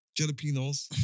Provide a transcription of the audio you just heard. jalapenos